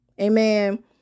Amen